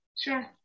Sure